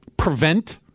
prevent